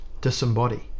disembody